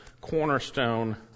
cornerstone